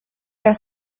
were